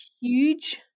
huge